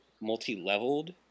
multi-leveled